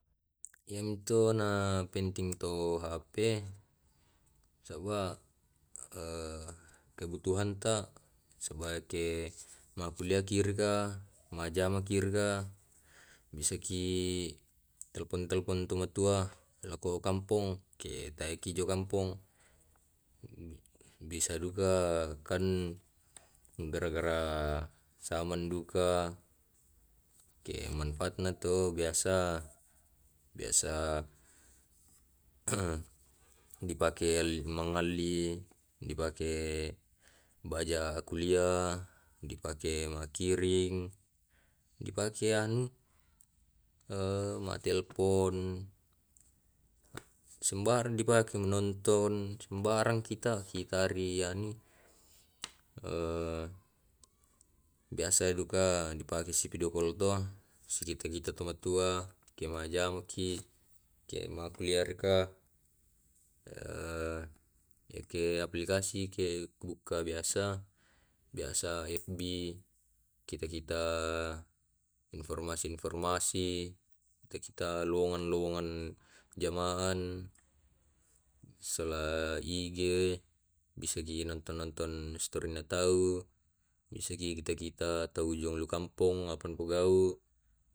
Iyamto na penting to hp, saba eh kebutuhanta sebage makkulliahki raka, majjamaki raka, bisaki telpon telpon tu matua lao to ku kampong ke tae ki jo kampong. Bisa duka kan gara gara saman duka ke manfaatna to biasa, biasa dipake mangalli, dipake baja kuliah, dipake makkiring, dipake anu eh mattelpon, sembarang dipake menonton, sembarang kita kita ri anu eh biasa duka dipake sipidio kol to sijita jita tomatua, kemajjamaki, kemakkulliah raka eh yake aplikasi ke bukka biasa, biasa FB, kita kita informasi informasi, kita kita lowongan lowongan jamaan, sola IG, bisaki nonton nonton storynya tau, bisaki kita kita lau lao kampong apa na pogau.